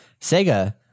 Sega